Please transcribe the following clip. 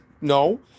No